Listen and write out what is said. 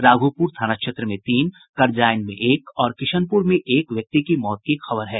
राघोपुर थाना क्षेत्र में तीन करजाईन में एक और किशनपुर में एक व्यक्ति की मौत की खबर है